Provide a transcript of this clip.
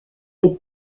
des